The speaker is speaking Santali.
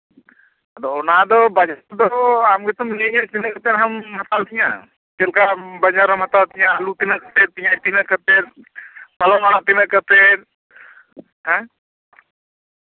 ᱫᱚ ᱚᱱᱟ ᱫᱚ ᱵᱟᱝ ᱫᱚ ᱟᱢ ᱜᱮᱛᱚᱢ ᱞᱟᱹᱭᱮᱫ ᱛᱤᱱᱟᱹᱜ ᱠᱟᱛᱮᱫ ᱟᱢ ᱦᱟᱛᱟᱣ ᱛᱤᱧᱟᱹ ᱪᱮᱫ ᱞᱮᱠᱟ ᱵᱟᱡᱟᱨᱮᱢ ᱦᱟᱛᱟᱣ ᱛᱤᱧᱟᱹ ᱦᱩᱲᱩ ᱛᱤᱱᱟᱹᱜ ᱠᱟᱛᱮᱫ ᱯᱮᱸᱭᱟᱡᱽ ᱛᱤᱱᱟᱹᱜ ᱠᱟᱛᱮᱫ ᱯᱟᱞᱚᱝ ᱟᱲᱟᱜ ᱛᱤᱱᱟᱹᱜ ᱠᱟᱛᱮᱫ ᱦᱮᱸ